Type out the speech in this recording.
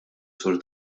sur